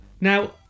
Now